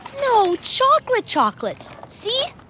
no, chocolate chocolates. see?